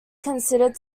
considered